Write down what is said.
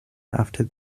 after